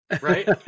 Right